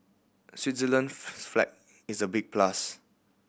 Switzerland flag is a big plus